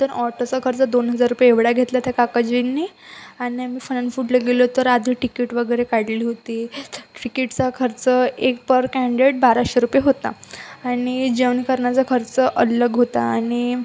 तर ऑटोचा खर्च दोन हजार रुपये एवढा घेतला त्या काकाजींनी आणि आम्ही फन अँड फूडला गेलो तर आधी टिकीट वगैरे काढली होती तिकीटचा खर्च एक पर कँडिट बाराशे रुपये होता आणि जेवण करण्याचा खर्च अलग होता आणि